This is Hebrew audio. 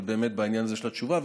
באמת, בעניין הזה של התשובה.